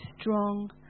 strong